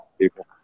people